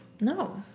No